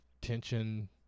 tension